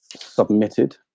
submitted